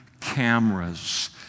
cameras